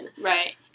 Right